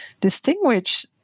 distinguish